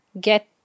get